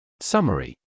Summary